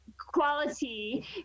quality